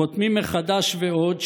חותמים מחדש ועוד,